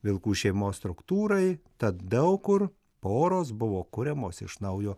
vilkų šeimos struktūrai tad daug kur poros buvo kuriamos iš naujo